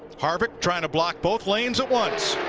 harvik trying to block both lanes at once.